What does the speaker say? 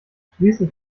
schließlich